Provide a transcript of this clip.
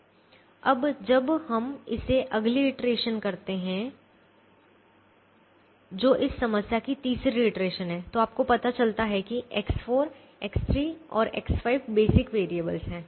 अब जब हम इसे अगली इटरेशन करते हैं जो इस समस्या की तीसरी इटरेशन है तो आपको पता चलता है कि X4 X3 और X6 बेसिक वेरिएबल हैं